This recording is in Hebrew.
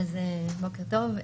בוקר טוב.